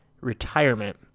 retirement